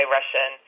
Russian